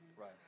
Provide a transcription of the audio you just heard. Right